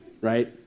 right